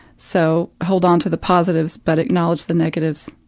so, hold onto the positives but acknowledge the negatives.